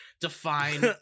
define